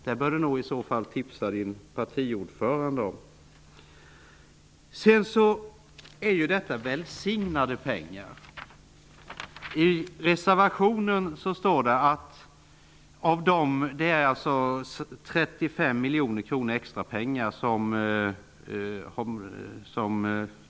Det bör hon tipsa sin partiordförande om. Detta är ''välsignade'' pengar. Trossamfunden har under två budgetår fått 35 miljoner kronor extra.